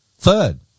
Third